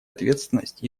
ответственность